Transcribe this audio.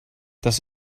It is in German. das